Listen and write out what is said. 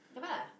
never mind lah